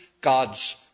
God's